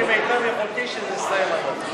אני אעשה כמיטב יכולתי שזה יסתיים עד אז.